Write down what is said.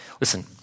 Listen